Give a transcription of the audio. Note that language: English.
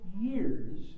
years